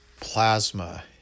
plasma